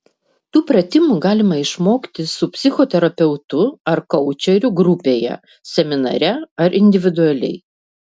tų pratimų galima išmokti su psichoterapeutu ar koučeriu grupėje seminare ar individualiai